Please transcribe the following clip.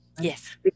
Yes